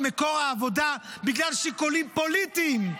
מקור העבודה בגלל שיקולים פוליטיים.